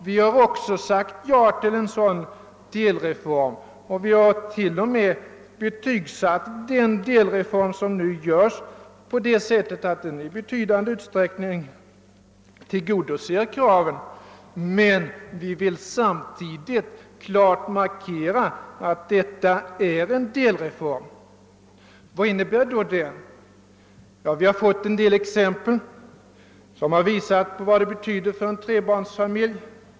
Vi har också sagt ja till en sådan delreform och vi har till och med betygsatt den delreform som nu görs genom att säga att den i stor utsträckning tillgodoser kraven. Men vi vill samtidigt klart markera att detta är en delreform. Vad innebär då den delreformen? Vi har fått en del exempel, som har visat vad den betyder för en trebarnsfamilj.